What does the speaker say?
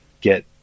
get